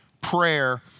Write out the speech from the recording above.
prayer